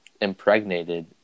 impregnated